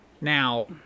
Now